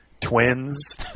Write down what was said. Twins